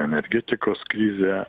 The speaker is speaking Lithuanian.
energetikos krizė